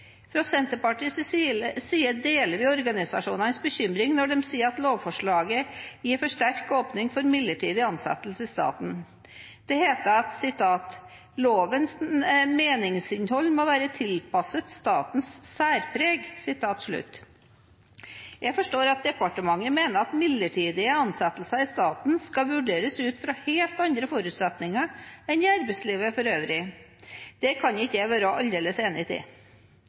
Fra Senterpartiets side deler vi organisasjonenes bekymring når de sier at lovforslaget gir for sterk åpning for midlertidig ansettelse i staten. Det heter at loven «må gis et meningsinnhold som er tilpasset statens særpreg». Jeg forstår at departementet mener at midlertidige ansettelser i staten skal vurderes ut fra helt andre forutsetninger enn i arbeidslivet for øvrig. Det kan jeg aldeles ikke være enig i.